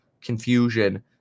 confusion